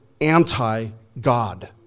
anti-God